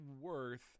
worth